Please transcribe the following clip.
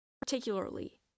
Particularly